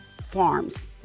Farms